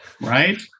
right